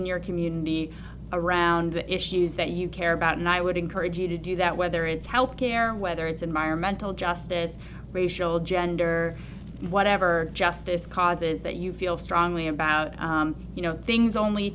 in your community around the issues that you care about and i will encourage you to do that whether it's health care whether it's environmental justice racial gender whatever justice causes that you feel strongly about you know things only